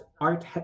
art